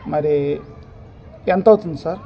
మరి ఎంత అవుతుంది సార్